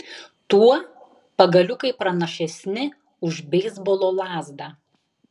tuo pagaliukai pranašesni už beisbolo lazdą